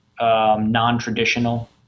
non-traditional